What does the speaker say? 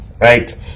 right